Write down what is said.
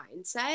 mindset